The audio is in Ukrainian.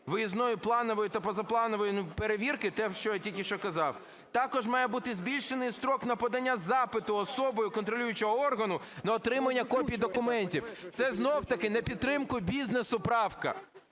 виїзної планової та позапланової перевірки – те, про що я тільки що казав, - також має бути збільшений строк на подання запиту особою контролюючого органу на отримання копій документів. Це знов-таки на підтримку бізнесу правка.